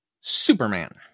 Superman